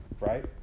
right